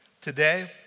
Today